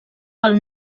pel